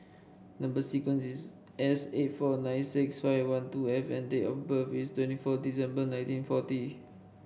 number sequence is S eight four nine six five one two F and date of birth is twenty four December nineteen forty